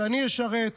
שאני אשרת,